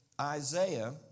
Isaiah